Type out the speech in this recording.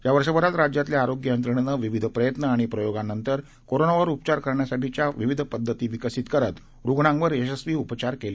या वर्षभरात राज्यातल्या आरोग्य यंत्रणेनं विविध प्रयत्न आणि प्रयोगांनंतर कोरोनावर उपचार करण्यासाठीच्या पद्धती विकसित करत रुग्णांवर यशस्वी उपचार केले